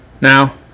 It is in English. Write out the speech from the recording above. Now